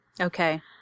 Okay